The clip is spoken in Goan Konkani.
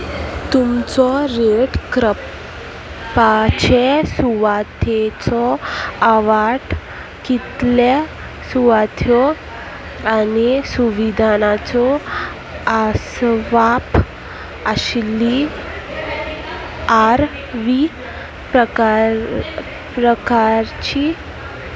तुमचो रेट क्रपपाचे सुवातेचो आवाठ कितल्या सुवात्यो आनी सुविधानाचो आसपाव आशिल्ली आर व्ही प्रकार प्रकारची